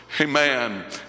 Amen